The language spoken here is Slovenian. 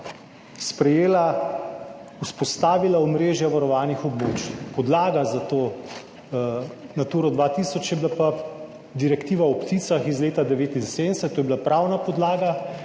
sprejela, vzpostavila omrežja varovanih območij. Podlaga za to Naturo 2000 je bila pa direktiva o pticah iz leta 1979, to je bila pravna podlaga